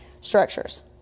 structures